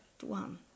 one